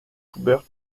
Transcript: schubert